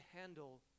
handle